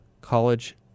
college